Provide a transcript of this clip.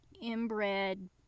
inbred